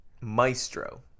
Maestro